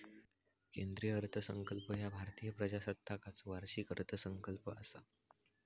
केंद्रीय अर्थसंकल्प ह्या भारतीय प्रजासत्ताकाचो वार्षिक अर्थसंकल्प असा